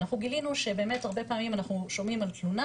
אנחנו גילינו שבאמת הרבה פעמים אנחנו שומעים על תלונה